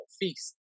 feast